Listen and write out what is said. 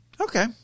Okay